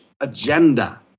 agenda